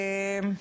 השאלות.